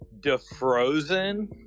DeFrozen